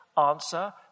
Answer